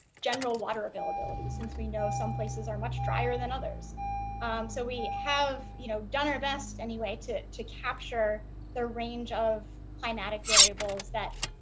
general water availability since we know some places are much drier than others so we have you know done our best anyway to to capture the range of climatic variables that